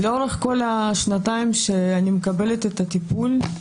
לאורך כל השנתיים שאני מקבלת את הטיפול,